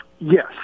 Yes